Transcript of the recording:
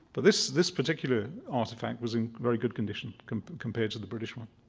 but this this particular artifact was in very good condition compared to the british one.